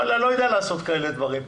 וואלה, לא יודע לעשות כאלה דברים,